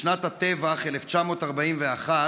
בשנת הטבח, 1941,